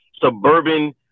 suburban